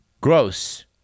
gross